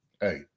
hey